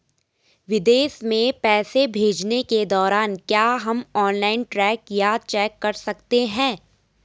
विदेश में पैसे भेजने के दौरान क्या हम ऑनलाइन ट्रैक या चेक कर सकते हैं?